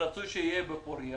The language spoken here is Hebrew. ורצוי שיהיה בפוריה.